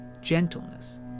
gentleness